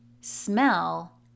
smell